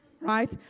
right